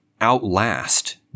outlast